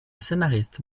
scénariste